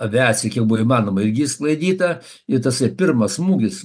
aviacija kiek buvo įmanoma irgi išsklaidyta ir tasai pirmas smūgis